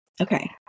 okay